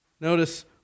Notice